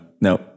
no